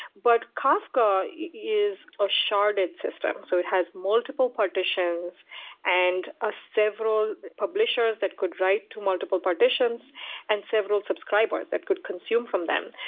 but kafka is a sharded system, so it has multiple partitions and a several publishers that could write to multiple partitions and several subscribers that could consume from them.